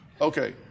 Okay